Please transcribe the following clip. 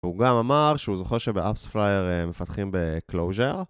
הוא גם אמר שהוא זוכר שבאפס פלייר מפתחים בקלוז'ר